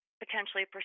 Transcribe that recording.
potentially